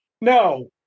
no